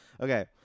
Okay